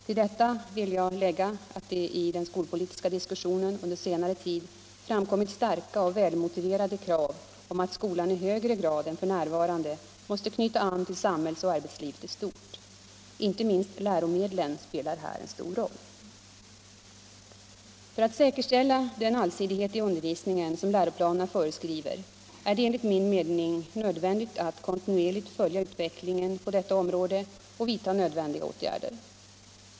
Till detta vill jag lägga att det i den skolpolitiska diskussionen under senare tid framkommit starka och välmotiverade krav på att skolan i högre grad än f. n. måste knyta an till samhällsoch arbetslivet i stort. Inte minst läromedlen spelar här en stor roll. För att säkerställa den allsidighet i undervisningen som läroplanerna föreskriver är det enligt min mening nödvändigt att kontinuerligt följa utvecklingen på detta område och vidta nödvändiga åtgärder.